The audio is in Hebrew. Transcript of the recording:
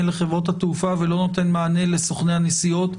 לחברות התעופה ולא נותן מענה לסוכני הנסיעות.